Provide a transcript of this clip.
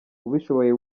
ubishoboye